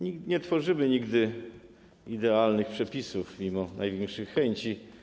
Nie tworzymy nigdy idealnych przepisów mimo najwyższych chęci.